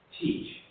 teach